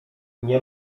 nie